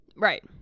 Right